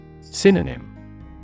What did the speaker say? Synonym